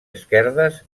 esquerdes